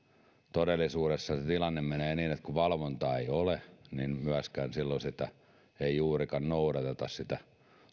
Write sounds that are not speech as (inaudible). todellisuudessa tilanne menee niin että kun valvontaa ei ole (unintelligible) silloin ei myöskään juurikaan noudateta